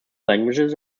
languages